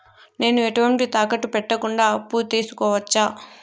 నేను ఎటువంటి తాకట్టు పెట్టకుండా అప్పు తీసుకోవచ్చా?